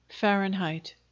fahrenheit